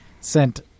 sent